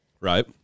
Right